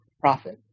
profit